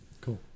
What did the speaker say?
cool